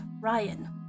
Ryan